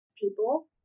people